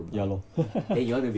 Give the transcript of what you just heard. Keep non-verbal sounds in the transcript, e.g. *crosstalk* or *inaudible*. ya lor *laughs*